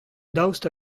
daoust